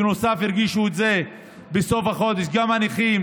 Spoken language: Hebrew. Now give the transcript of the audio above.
בנוסף, ירגישו את זה בסוף החודש גם הנכים.